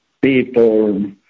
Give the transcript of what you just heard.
people